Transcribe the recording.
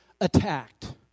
attacked